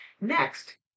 Next